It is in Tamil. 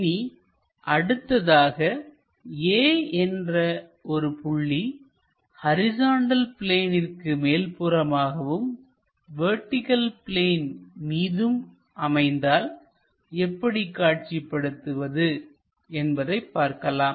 இனி அடுத்ததாக A என்ற ஒரு புள்ளி ஹரிசாண்டல் பிளேனிற்கு மேல் புறமாகவும் வெர்டிகள் பிளேன் மீதும் அமைந்தால் எப்படி காட்சிப்படுத்துவது என்பதை பார்க்கலாம்